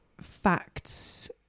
facts